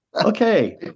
Okay